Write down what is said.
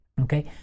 okay